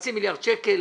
חצי מיליארד שקלים,